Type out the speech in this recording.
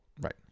Right